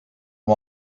amb